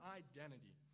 identity